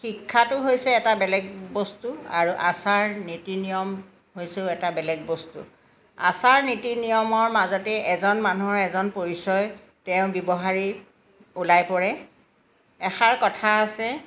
শিক্ষাটো হৈছে এটা বেলেগ বস্তু আৰু আচাৰ নীতি নিয়ম হৈছেও এটা বেলেগ বস্তু আচাৰ নীতি নিয়মৰ মাজতে এজন মানুহৰ এজন পৰিচয় তেওঁ ব্যৱহাৰী ওলাই পৰে এষাৰ কথা আছে